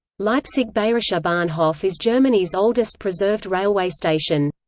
leipzig bayerischer bahnhof is germany's oldest preserved railway station.